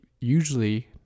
usually